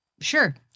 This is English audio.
Sure